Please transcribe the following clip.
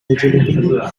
agility